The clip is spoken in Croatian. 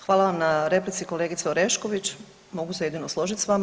Hvala vam na replici kolegice Orešković, mogu se jedino složiti s vama.